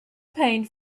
paint